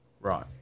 right